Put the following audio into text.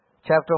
chapter